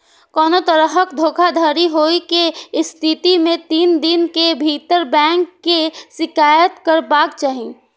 कोनो तरहक धोखाधड़ी होइ के स्थिति मे तीन दिन के भीतर बैंक के शिकायत करबाक चाही